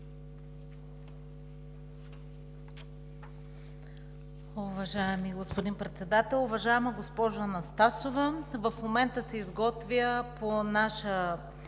Уважаеми господин Председател, уважаема госпожо Анастасова! В момента се изготвя изцяло